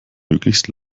möglichst